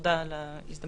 תודה על ההזדמנות.